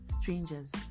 strangers